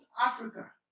Africa